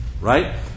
right